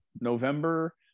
November